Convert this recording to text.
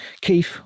Keith